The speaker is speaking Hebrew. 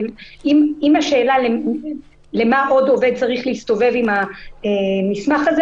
אם השאלה היא: למה עוד עובד צריך להסתובב עם המסמך הזה?